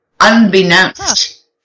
unbeknownst